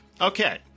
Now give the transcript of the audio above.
Okay